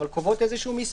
אבל קובעות איזה מספר,